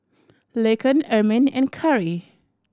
Laken Ermine and Cari